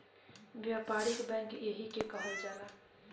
व्यापारिक बैंक एही के कहल जाला